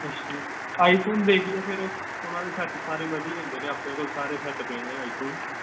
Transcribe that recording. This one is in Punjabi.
ਅੱਛਾ ਜੀ ਆਈਫੋਨ ਦੇਖ ਲਓ ਫਿਰ ਉਹ ਉਹਨਾਂ ਦੇ ਸੈਟ ਸਾਰੇ ਵਧੀਆ ਹੁੰਦੇ ਨੇ ਆਪਣੇ ਕੋਲ ਸਾਰੇ ਸੈੱਟ ਪਏ ਨੇ ਆਈਫੋਨ